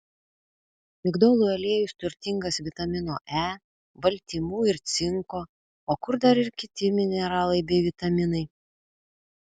migdolų aliejus turtingas vitamino e baltymų ir cinko o kur dar ir kiti mineralai bei vitaminai